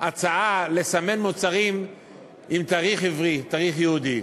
הצעה לסמן על מוצרים תאריך עברי, תאריך יהודי.